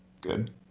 good